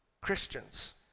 Christians